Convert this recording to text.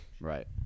Right